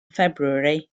february